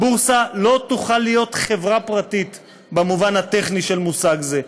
הבורסה לא תוכל להיות חברה פרטית במובן הטכני של מושג זה.